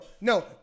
no